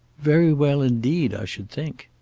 very well indeed, i should think.